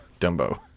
Dumbo